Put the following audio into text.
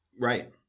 Right